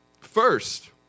first